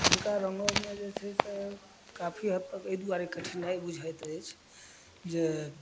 हुनका रंगोमे जे छै से काफी हद तक एहि दुआरे कठिनाइ बुझैत अछि जे